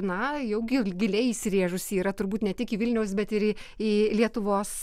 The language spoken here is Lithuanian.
na jau gil giliai įsirėžusi yra turbūt ne tik į vilniaus bet ir į į lietuvos